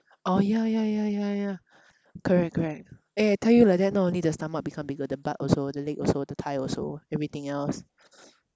orh ya ya ya ya ya correct correct eh I tell you like that not only the stomach become bigger the butt also the leg also the thigh also everything else